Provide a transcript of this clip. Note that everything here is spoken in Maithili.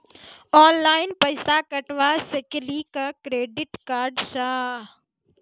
ऑनलाइन पैसा कटवा सकेली का क्रेडिट कार्ड सा?